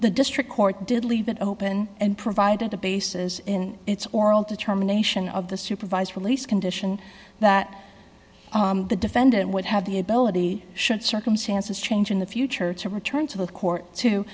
the district court did leave it open and provided a basis in its oral determination of the supervised release condition that the defendant would have the ability should circumstances change in the future to return to the court to